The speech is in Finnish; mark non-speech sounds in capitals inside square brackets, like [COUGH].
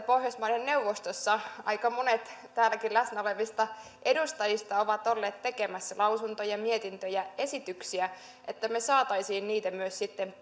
[UNINTELLIGIBLE] pohjoismaiden neuvostossa aika monet täälläkin läsnä olevista edustajista ovat olleet tekemässä lausuntoja mietintöjä esityksiä saisimme myös sitten [UNINTELLIGIBLE]